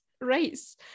race